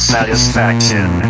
Satisfaction